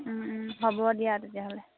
হ'ব দিয়া তেতিয়াহ'লে